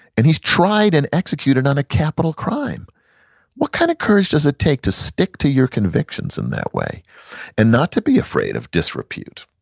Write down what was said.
and he's tried and executed on a capital crime what kind of courage does it take to stick to your convictions in that way and not to be afraid of disrepute?